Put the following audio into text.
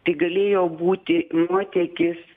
tai galėjo būti nuotėkis